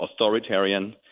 authoritarian